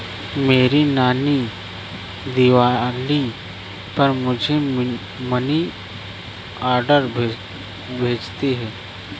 मेरी नानी दिवाली पर मुझे मनी ऑर्डर भेजती है